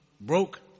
broke